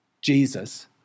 Jesus